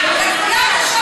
אבל,